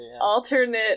Alternate